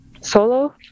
solo